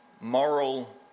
moral